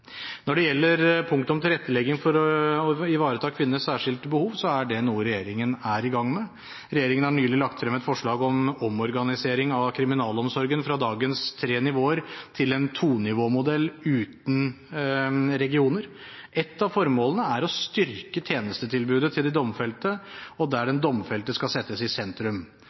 Når det gjelder punktet om tilrettelegging for å ivareta kvinners særskilte behov, er det noe regjeringen er i gang med. Regjeringen har nylig lagt frem et forslag om omorganisering av kriminalomsorgen fra dagens tre nivåer til en tonivåmodell uten regioner. Ett av formålene er å styrke tjenestetilbudet til de domfelte, der den domfelte skal settes i sentrum.